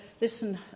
listen